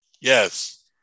Yes